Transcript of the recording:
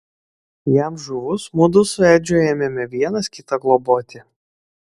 jam žuvus mudu su edžiu ėmėme vienas kitą globoti